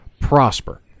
prosper